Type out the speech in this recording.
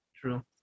true